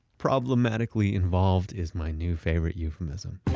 problematically involved is my new favorite euphemism.